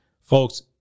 Folks